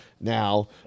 now